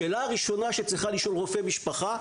השאלה הראשונה שצריך לשאול רופא משפחה,